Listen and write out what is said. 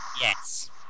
Yes